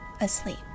asleep